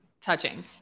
touching